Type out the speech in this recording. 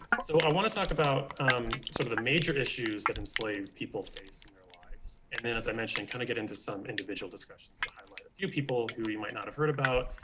so i want to talk about sort of the major issues that enslaved people face in their lives. and then, as i mentioned, kind of get into some individual discussions to highlight a few people we might not have heard about,